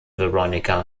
veronica